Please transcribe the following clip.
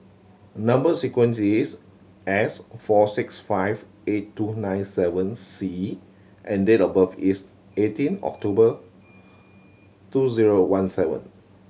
number sequence is S four six five eight two nine seven C and date of birth is eighteen October two zero one seven